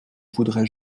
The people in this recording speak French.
voudrais